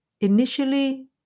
initially